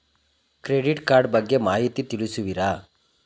Credit card ಬಗ್ಗೆ ಮಾಹಿತಿ ತಿಳಿಸುವಿರಾ?